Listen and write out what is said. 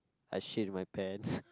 I shit in my pants